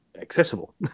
accessible